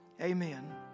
Amen